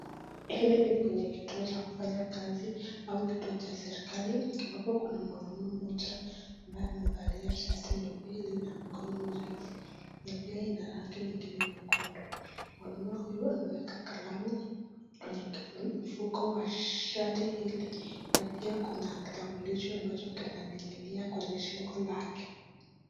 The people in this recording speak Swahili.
Hili ni kwenye kituo cha kufanya kazi au kituo cha serikali ambapo kuna mwanaume mmoja ambaye amevalia shati nyeupe la mikono mirefu na pia ina rangi nyingine nyekundu. Mwanaume huyo anaweka kalamu kwenye mfuko wa shati hili na pia kuna kitambulisho ambacho kinaning'inia kwenye shingo lake.